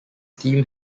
theme